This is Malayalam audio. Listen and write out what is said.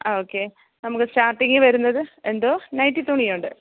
ആ ഓക്കെ നമുക്ക് സ്റ്റാർട്ടിങ് വരുന്നത് എന്തോ നൈറ്റി തുണിയുണ്ട്